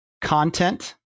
content